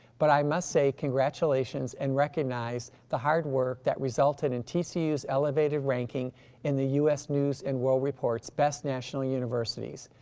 but i must say congratulations and recognize the hard work that resulted in so tcu's elevated ranking in the u s. news and world report's best national universities.